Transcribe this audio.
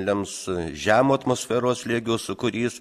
lems žemo atmosferos slėgio sūkurys